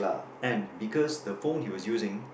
and because the phone he was using